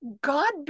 God